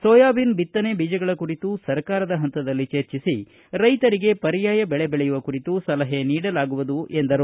soybean ಬಿತ್ತನೆ ಬೀಜಗಳ ಕುರಿತು ಸರ್ಕಾರದ ಪಂತದಲ್ಲಿ ಚರ್ಚಿಸಿ ರೈತರಿಗೆ ಪರ್ಯಾಯ ಬೆಳೆ ಬೆಳೆಯುವ ಕುರಿತು ಸಲಹೆ ನೀಡಲಾಗುವುದು ಎಂದರು